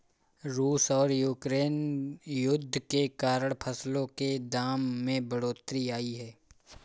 रूस और यूक्रेन युद्ध के कारण फसलों के दाम में बढ़ोतरी आई है